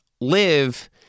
live